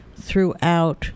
throughout